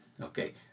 okay